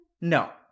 No